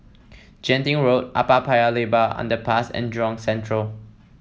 Genting Road Upper Paya Lebar Underpass and Jurong Central